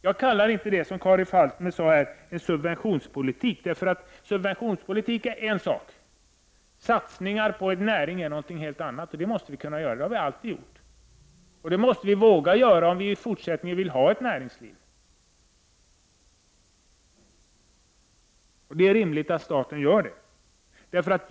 Jag kallar inte det, som Karin Falkmer sade, en sub ventionspolitik. Subventionspolitik är en sak, satsningar på en näring är någonting helt annat. Sådana måste vi kunna göra, det har vi alltid gjort. Det måste vi våga göra om vi i fortsättningen vill ha ett näringsliv. Det är rimligt att staten gör sådana satsningar.